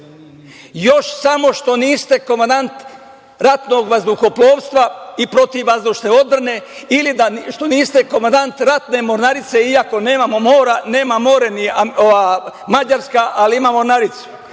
još samo što niste komandant Ratnog vazduhoplovstva i PVO, ili što niste komandant Ratne mornarice, iako nemamo more. Nema more ni Mađarska, a ima mornaricu.